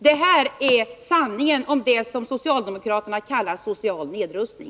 Det här är sanningen om det som socialdemokraterna kallar social nedrustning.